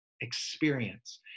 experience